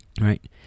right